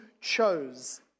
chose